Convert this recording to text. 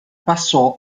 passò